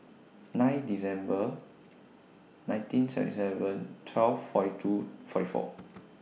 nine December nineteen seventy seven twelve forty two forty four